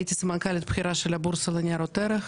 הייתי סמנכ"לית בכירה של הבורסה לניירות ערך,